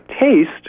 taste